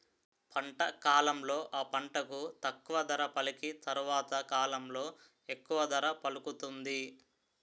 పంట కాలంలో ఆ పంటకు తక్కువ ధర పలికి తరవాత కాలంలో ఎక్కువ ధర పలుకుతుంది